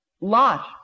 Lot